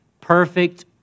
perfect